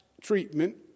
treatment